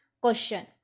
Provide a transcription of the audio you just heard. Question